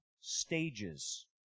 stages